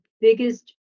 biggest